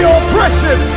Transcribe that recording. oppression